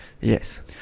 Yes